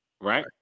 right